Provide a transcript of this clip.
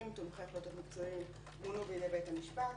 תומכי החלטות מקצועיים מונו על ידי בית המשפט.